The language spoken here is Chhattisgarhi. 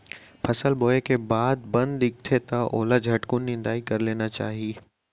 फसल बोए के बाद म बन दिखथे त ओला झटकुन निंदाई कर लेना चाही